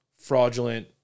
fraudulent